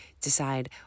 decide